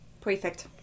Perfect